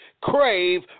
Crave